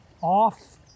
off